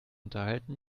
unterhalten